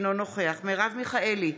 אינו נוכח מרב מיכאלי,